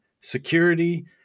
security